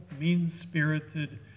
mean-spirited